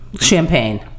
Champagne